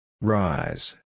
Rise